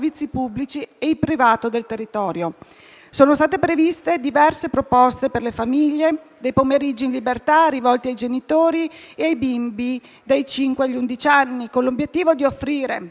e privati del territorio. Sono state previste diverse proposte per le famiglie: dei pomeriggi in libertà rivolti ai genitori e ai bimbi dai cinque agli undici anni, con l'obiettivo di offrire